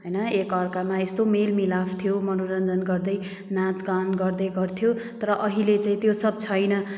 होइन एक अर्कामा यस्तो मेलमिलाप थियो मनोरञ्जन गर्दै नाचगान गर्दै गर्थ्यो तर अहिले चाहिँ त्यो सब छैन